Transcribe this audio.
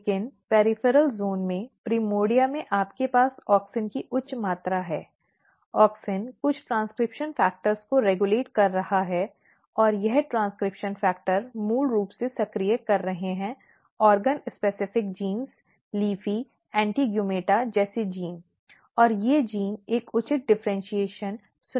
लेकिन peripheral zone में primordia में आपके पास ऑक्सिन की उच्च मात्रा है ऑक्सिन कुछ ट्रेन्स्क्रिप्शन फ़ेक्टर को रेग्यूलेट कर रहा है और यह ट्रेन्स्क्रिप्शन फ़ेक्टर मूल रूप से सक्रिय कर रहे हैं अंग विशिष्ट जीन LEAFY ANTIGUMETA जैसे जीन और ये जीन एक उचित डिफ़र्इन्शीएशन सुनिश्चित कर रहे हैं